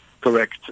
Correct